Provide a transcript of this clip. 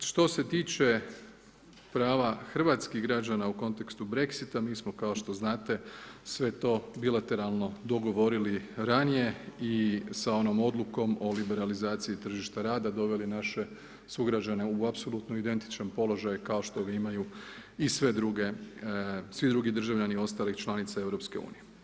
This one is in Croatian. Što se tiče prava hrvatskih građana u kontekstu Brexita, mi smo kao što znate sve to bilateralno dogovorili ranije i sa onom Odlukom o liberalizaciji tržišta rada doveli naše sugrađane u apsolutno identičan položaj kao što ga imaju i sve druge, svi drugi državljani ostalih članica EU.